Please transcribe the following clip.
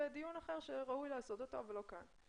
זה דיון אחר שראוי לעשות אותו אבל לא כאן.